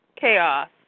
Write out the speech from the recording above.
chaos